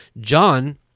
John